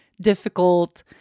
difficult